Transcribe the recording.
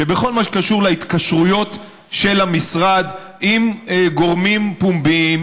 שבכל מה שקשור להתקשרויות של המשרד עם גורמים פומביים,